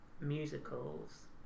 musicals